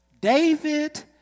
David